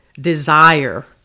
desire